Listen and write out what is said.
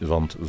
Want